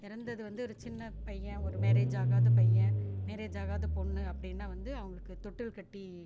இறந்தது வந்து ஒரு சின்ன பையன் ஒரு மேரேஜ் ஆகாத பையன் மேரேஜ் ஆகாத பொண்ணு அப்படின்னா வந்து அவங்களுக்கு தொட்டில் கட்டி